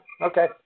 Okay